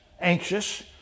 anxious